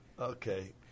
Okay